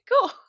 cool